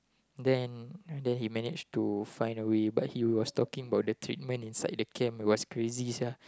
then then he manage to find a way but he was talking about the treatment inside the camp it was crazy sia